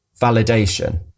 validation